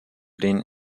den